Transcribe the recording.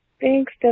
Thanks